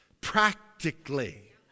practically